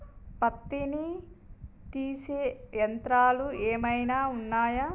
పత్తిని తీసే యంత్రాలు ఏమైనా ఉన్నయా?